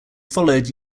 followed